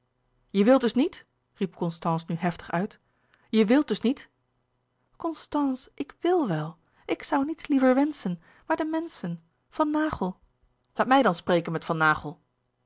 je wilt dus niet riep constance nu heftig uit je wilt dus niet constance ik wil wel ik zoû niets liever wenschen maar de menschen van naghel laat mij dan spreken met van naghel